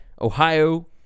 Ohio